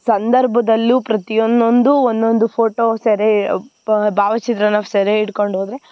ಸಂದರ್ಭದಲ್ಲೂ ಪ್ರತಿಯೊಂದೊಂದು ಒಂದೊಂದು ಫೋಟೋ ಸೆರೆ ಬ್ ಭಾವಚಿತ್ರನ ನಾವು ಸೆರೆ ಹಿಡ್ಕೊಂಡು ಹೋದರೆ